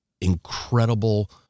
incredible